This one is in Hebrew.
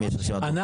הרופא עצמו,